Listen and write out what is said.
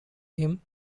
him